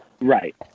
Right